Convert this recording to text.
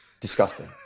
Disgusting